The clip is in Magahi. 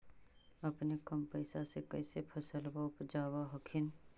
अपने कम पैसा से कैसे फसलबा उपजाब हखिन?